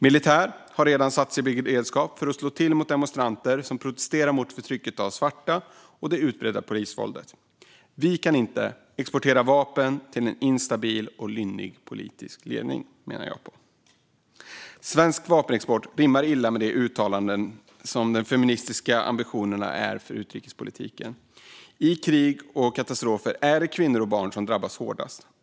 Militär har redan satts i beredskap för att slå till mot demonstranter som protesterar mot förtrycket av svarta och det utbredda polisvåldet. Vi kan inte exportera vapen till en instabil och lynnig politisk ledning, menar jag. Svensk vapenexport rimmar illa med de uttalade feministiska ambitionerna i utrikespolitiken. I krig och katastrofer är det kvinnor och barn som drabbas hårdast.